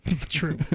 true